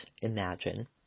imagine